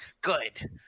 Good